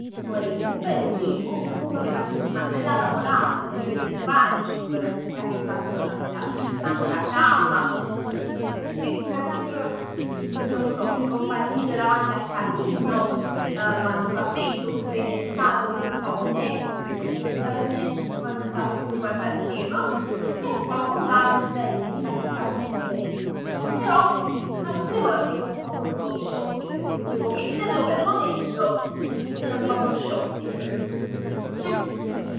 M' veress nu bellu film, oppure facess 'na bella tavolata, semp cu 'e cumpagn, ci org- organizzassimo 'na bella pizza, 'na braciata. Stessemo pur, non so, in compagnia davanti al camino, quando fa freddo, oppure in estate dint 'e tavernett quann stamm tutt quant assiem. E pò con calma bell, m' jess 'a cuccà proprj cuntent. Però altre volte jess 'a fa pur nu poc 'e shopping. Se devo metterlo per lo mezzo, jess 'a fa pur shopping.